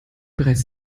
bereits